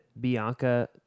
Bianca